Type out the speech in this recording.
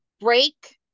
break